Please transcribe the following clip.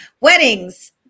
weddings